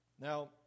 Now